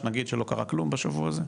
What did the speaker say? שנגיד שלא קרה כלום בשבוע הזה?